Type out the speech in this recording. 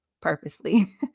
Purposely